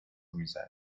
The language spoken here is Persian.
میزنه